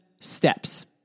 steps